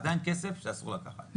עדיין כסף שאסור לקחת.